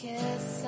kiss